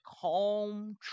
calm